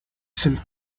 sun